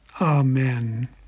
Amen